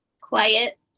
quiet